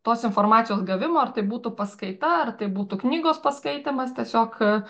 tos informacijos gavimo ar tai būtų paskaita ar tai būtų knygos paskaitymas tiesiog